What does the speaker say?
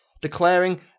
declaring